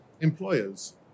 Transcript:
employers